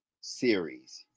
series